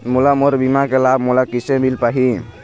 मोला मोर बीमा के लाभ मोला किसे मिल पाही?